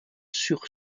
sur